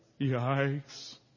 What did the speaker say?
yikes